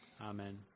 Amen